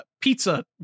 pizza